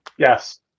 Yes